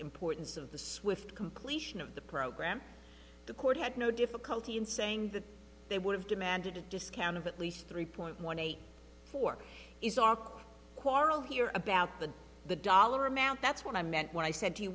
importance of the swift completion of the program the court had no difficulty in saying that they would have demanded a discount of at least three point one eight four is our quarrel here about the the dollar amount that's what i meant when i said